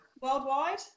worldwide